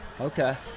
Okay